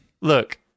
Look